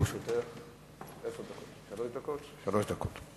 לרשותך שלוש דקות.